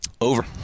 over